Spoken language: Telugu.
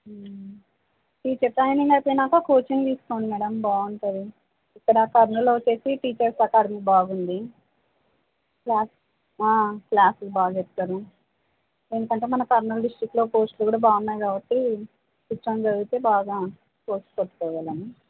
టీచర్ ట్రైనింగ్ అయిపోయిక కోచింగ్ తీసుకోండి మేడం బాగుంటుంది ఇక్కడ కర్నూల్లో వచ్చేసి టీచర్స్ అకడమి బాగుంది క్లాస్ క్లాస్లు బాగా చెప్తారు ఎందుకంటే మన కర్నూల్ డిస్ట్రిక్ట్లో పోస్టులు కూడా బాగున్నాయి కాబట్టి కూర్చుని చదివితే బాగా పోస్ట్ పట్టుకోగలం